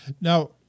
Now